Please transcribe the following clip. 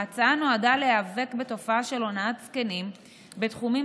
ההצעה נועדה להיאבק בתופעה של הונאת זקנים בתחומים